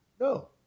No